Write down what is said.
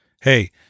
Hey